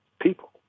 people